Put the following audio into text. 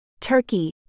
Turkey